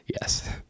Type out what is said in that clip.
Yes